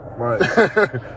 Right